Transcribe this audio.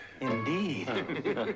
Indeed